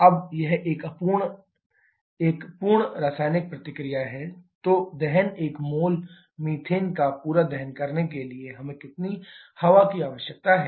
अब यह एक पूर्ण रासायनिक प्रतिक्रिया है तो दहन 1 मोल मीथेन का पूरा दहन करने के लिए हमें कितनी हवा की आवश्यकता है